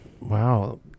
Wow